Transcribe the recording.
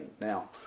Now